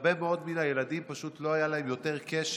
להרבה מאוד מהילדים לא היה יותר קשר